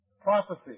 prophecy